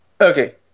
okay